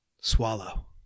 Swallow